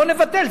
נבטל,